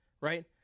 right